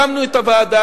הקמנו את הוועדה,